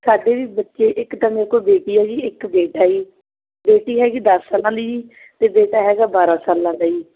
ਸਾਡੇ ਵੀ ਬੱਚੇ ਇੱਕ ਤਾਂ ਮੇਰੇ ਕੋਲ ਬੇਟੀ ਆ ਜੀ ਇੱਕ ਬੇਟਾ ਜੀ ਬੇਟੀ ਹੈਗੀ ਦਸ ਸਾਲਾਂ ਦੀ ਜੀ ਅਤੇ ਬੇਟਾ ਹੈਗਾ ਬਾਰਾ ਸਾਲਾਂ ਦਾ ਜੀ